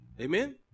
Amen